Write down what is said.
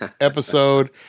episode